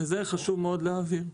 וחשוב מאוד להבהיר,